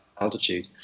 altitude